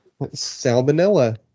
Salmonella